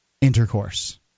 intercourse